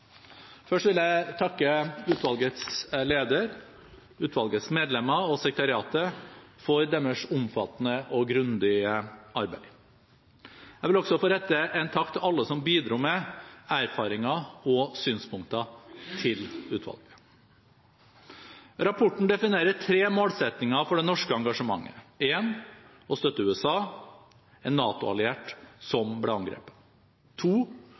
Først vil jeg takke utvalgets leder, utvalgets medlemmer og sekretariatet for deres omfattende og grundige arbeid. Jeg vil også få rette en takk til alle som bidro med erfaringer og synspunkter til utvalget. Rapporten definerer tre målsettinger for det norske engasjementet, for det første å støtte USA, en NATO-alliert som ble angrepet,